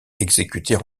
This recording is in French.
exécuter